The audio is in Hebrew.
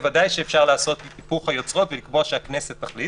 בוודאי שאפשר לעשות את היפוך היוצרות ולקבוע שהכנסת תחליט.